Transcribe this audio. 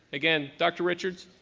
again dr. richards,